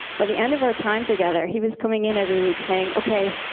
by the end of our time together, he was coming in every week saying, ok,